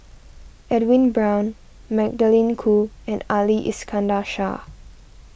Edwin Brown Magdalene Khoo and Ali Iskandar Shah